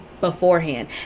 beforehand